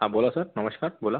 हा बोला सर नमस्कार बोला